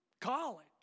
college